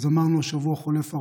אז אמרנו שבשבוע החולף,